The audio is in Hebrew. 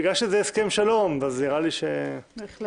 בגלל שזה הסכם שלום, אז נראה לי ארבע דקות.